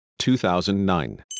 2009